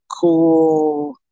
cool